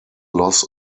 loss